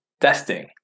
testing